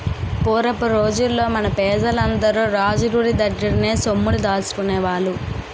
పూరపు రోజుల్లో మన పెజలందరూ రాజు గోరి దగ్గర్నే సొమ్ముల్ని దాసుకునేవాళ్ళు